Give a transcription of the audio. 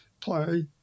play